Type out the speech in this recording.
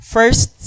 First